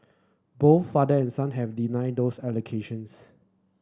both father and son have denied those allegations